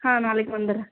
ஆ நாளைக்கு வந்துவிட்றேன்